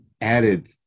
added